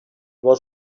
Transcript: was